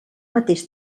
mateix